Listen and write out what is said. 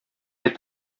est